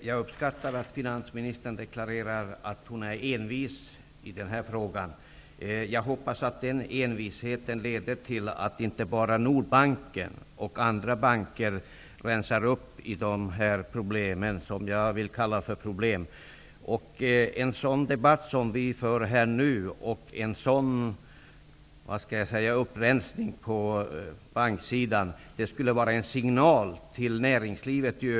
För en tid sedan gick fackliga organisationer inom bilindustrin ut med ett upprop och uppmanade folk i allmänhet och politiker i synnerhet att endast köpa svenska bilar. Orsaken angavs vara en svag svensk nybilsförsäljning. Då Sverige är starkt beroende av en exportmarknad är det förvånansvärt att fackliga organisationer inte inser att agerandet kan få negativa effekter på sysselsättningen i vårt land.